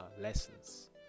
lessons